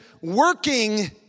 working